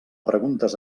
preguntes